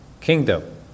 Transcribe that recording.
kingdom